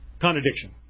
contradiction